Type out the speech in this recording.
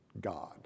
God